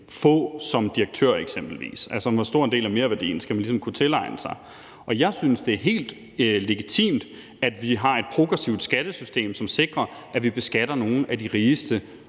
få som direktør eksempelvis. Altså, hvor stor en del af merværdien skal man ligesom kunne tilegne sig? Jeg synes, det er helt legitimt, at vi har et progressivt skattesystem, som sikrer, at vi beskatter nogle af de rigeste